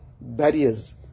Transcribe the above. barriers